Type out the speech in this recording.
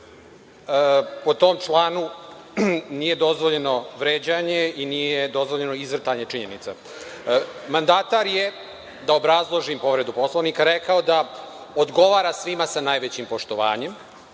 Po tom članu nije dozvoljeno vređanje i nije dozvoljeno izvrtanje činjenica. Mandatar je, da obrazložim povredu Poslovnika, rekao da odgovara svima sa najvećim poštovanjem,